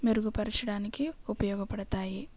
మెరుగుపరచడానికి ఉపయోగపడతాయి